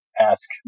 ask